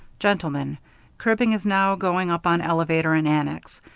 gentlemen cribbing is now going up on elevator and annex.